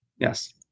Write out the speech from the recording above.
Yes